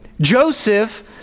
Joseph